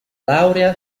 laurea